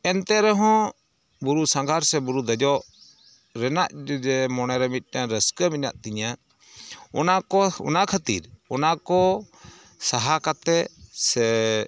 ᱮᱱᱛᱮᱨᱮᱦᱚᱸ ᱵᱩᱨᱩ ᱥᱟᱸᱜᱷᱟᱨ ᱥᱮ ᱵᱩᱨᱩ ᱫᱮᱡᱚᱜ ᱨᱮᱱᱟᱜ ᱡᱮ ᱢᱚᱱᱮᱨᱮ ᱢᱤᱫᱴᱟᱱ ᱨᱟᱹᱥᱠᱟᱹ ᱢᱮᱱᱟᱜ ᱛᱤᱧᱟ ᱚᱱᱟᱠᱚ ᱚᱱᱟ ᱠᱷᱟᱹᱛᱤᱨ ᱚᱱᱟ ᱠᱚ ᱥᱟᱦᱟ ᱠᱟᱛᱮᱫ ᱥᱮᱻ